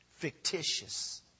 fictitious